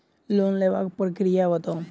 Loan लेबाक प्रक्रिया बताऊ?